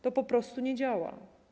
To po prostu nie działa.